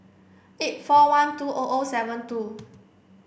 eight four one two O O seven two